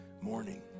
morning